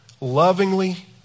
lovingly